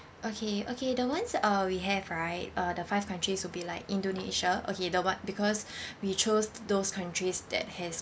okay okay the ones uh we have right uh the five countries will be like indonesia okay the one because we chose those countries that has